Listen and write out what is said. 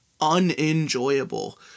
unenjoyable